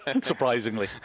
surprisingly